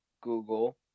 Google